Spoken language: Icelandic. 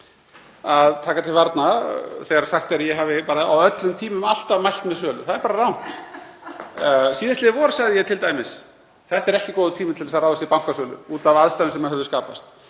taka til varna þegar sagt er að ég hafi á öllum tímum alltaf mælt með sölu. Það er bara rangt. Síðasta vor sagði ég til dæmis: Þetta er ekki góður tími til að ráðast í bankasölu, út af aðstæðum sem höfðu skapast.